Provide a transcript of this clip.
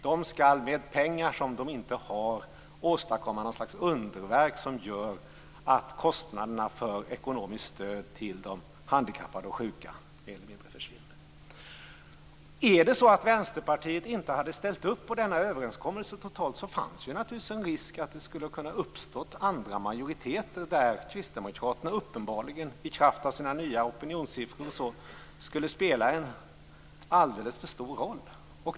De skall med pengar som de inte har åstadkomma något slags underverk som gör att kostnaderna för ekonomiskt stöd till de handikappade och sjuka mer eller mindre försvinner. Om Vänsterpartiet inte hade ställt upp på denna överenskommelse fanns det en risk att andra majoriteter hade uppstått, där kristdemokraterna uppenbarligen i kraft av sina nya opinionssiffror skulle spela en alldeles för stor roll.